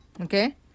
Okay